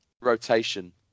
rotation